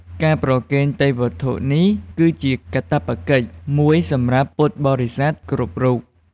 ការប្រគេនទេយ្យវត្ថុនេះ គឺជាកាតព្វកិច្ចមួយសម្រាប់ពុទ្ធបរិស័ទគ្រប់រូប។